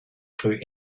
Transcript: through